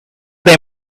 they